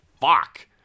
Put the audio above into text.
fuck